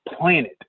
planet